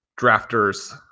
drafters